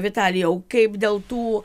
vitalijau kaip dėl tų